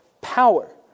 power